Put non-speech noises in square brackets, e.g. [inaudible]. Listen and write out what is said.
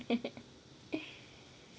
[laughs]